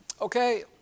okay